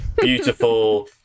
beautiful